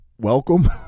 Welcome